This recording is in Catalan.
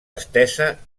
estesa